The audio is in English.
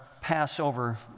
Passover